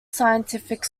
scientific